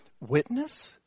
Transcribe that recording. Witness